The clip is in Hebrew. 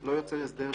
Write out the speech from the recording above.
לא יוצרת הסדר שלילי.